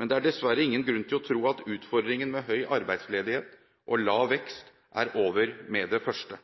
Det er dessverre ingen grunn til å tro at utfordringen med høy arbeidsledighet og lav vekst er over med det første.